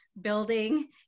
building